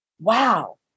Wow